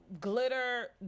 glitter